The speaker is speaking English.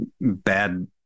bad